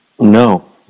No